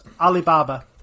Alibaba